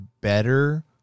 better